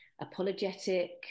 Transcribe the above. apologetic